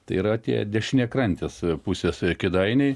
tai yra tie dešiniakrantės pusės kėdainiai